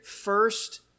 first